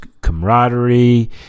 camaraderie